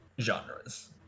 genres